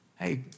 Hey